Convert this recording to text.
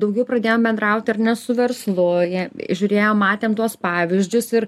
daugiau pradėjom bendrauti ar ne su verslu jie žiūrėjom matėme tuos pavyzdžius ir